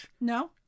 no